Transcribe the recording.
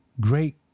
great